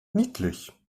niedlich